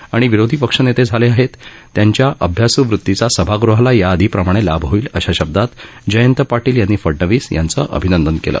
आणि विरोधी पक्षनेते झाले आहेत त्यांच्या अभ्यासू वृत्तीचा सभागृहाला याआधीप्रमाणे लाभ होईल अशा शब्दांत जयंत पाटील यांनी देवेंद्र फडणवीस यांचं अभिनंदन केलं